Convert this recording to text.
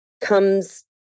comes